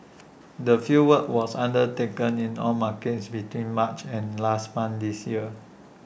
the fieldwork was undertaken in all markets between March and last month this year